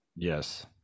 Yes